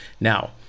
Now